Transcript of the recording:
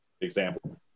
example